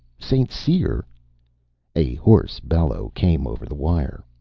st. cyr a hoarse bellow came over the wire.